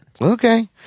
Okay